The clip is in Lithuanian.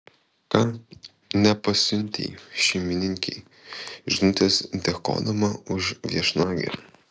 ką nepasiuntei šeimininkei žinutės dėkodama už viešnagę